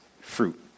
fruit